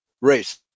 race